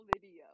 video